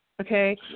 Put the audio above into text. Okay